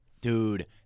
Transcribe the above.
Dude